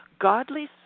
Godly